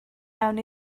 mewn